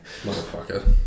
Motherfucker